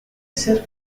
ezer